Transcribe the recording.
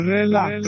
Relax